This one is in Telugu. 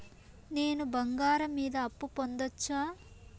నేను బంగారం మీద అప్పు పొందొచ్చా?